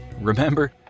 Remember